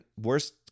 worst